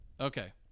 okay